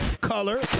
color